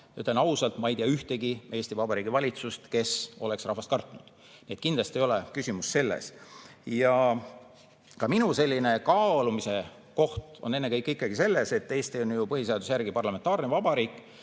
ütlen ausalt, et ma ei tea ühtegi Eesti Vabariigi valitsust, kes oleks rahvast kartnud. Nii et kindlasti ei ole küsimus selles. Ka minu kaalumise koht on ennekõike selles, et Eesti on põhiseaduse järgi parlamentaarne vabariik